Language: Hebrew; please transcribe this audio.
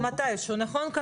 זה מתישהו, נכון?